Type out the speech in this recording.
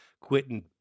Quitting